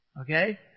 Okay